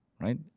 right